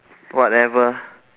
whatever